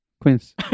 Queens